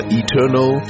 eternal